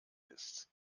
ist